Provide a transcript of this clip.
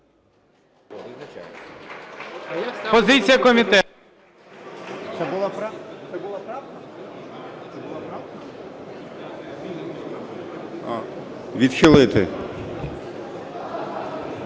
Позиція комітету відхилити